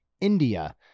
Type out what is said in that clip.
India